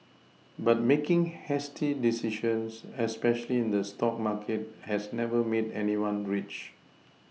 but making hasty decisions especially in the stock market has never made anyone rich